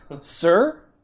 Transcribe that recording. Sir